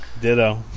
ditto